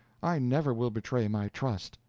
i never will betray my trust.